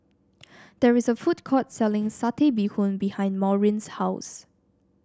there is a food court selling Satay Bee Hoon behind Maureen's house